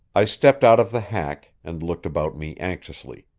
i stepped out of the hack, and looked about me anxiously.